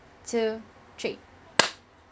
two three